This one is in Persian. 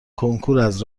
کنکوراز